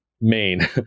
main